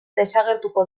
desagertuko